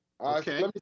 Okay